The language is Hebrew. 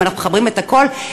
אם אנחנו מחברים את הכול,